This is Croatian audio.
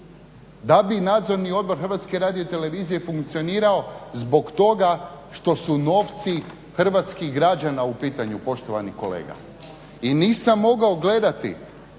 da bi Nadzorni odbor HRT-a funkcionirao zbog toga što su novci hrvatskih građana u pitanju poštovani kolega. I nisam mogao gledati